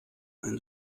ein